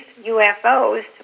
UFOs